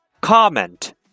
comment